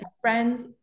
Friends